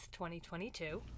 2022